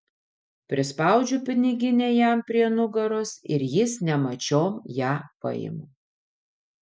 prispaudžiu piniginę jam prie nugaros ir jis nemačiom ją paima